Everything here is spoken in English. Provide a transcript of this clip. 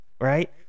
right